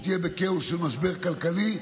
תהיה בכאוס של משבר כלכלי.